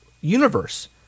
universe